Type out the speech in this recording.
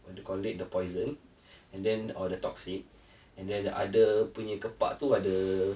what do they call the poison and then or the toxin and then the other punya kepak tu ada